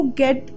get